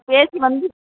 பேசி வந்து